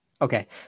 Okay